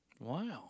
Wow